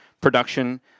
production